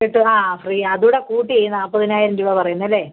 കിട്ടും ആ ഫ്രീയാ അതൂ കൂടെ കൂട്ടി നാൽപ്പതിനായിരം രൂപ പറയുന്നത് അല്ലേ